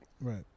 Right